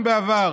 אם בעבר